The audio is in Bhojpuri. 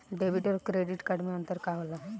डेबिट और क्रेडिट कार्ड मे अंतर का होला?